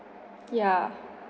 ya